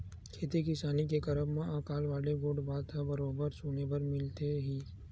खेती किसानी के करब म अकाल वाले गोठ बात ह बरोबर सुने बर मिलथे ही